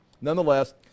Nonetheless